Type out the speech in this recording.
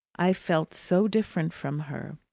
i felt so different from her,